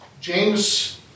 James